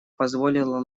позволило